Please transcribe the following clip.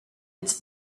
its